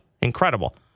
incredible